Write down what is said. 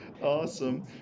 awesome